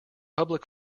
public